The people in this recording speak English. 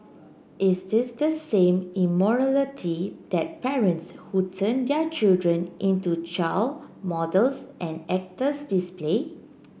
is this the same immorality that parents who turn their children into child models and actors display